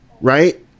Right